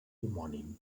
homònim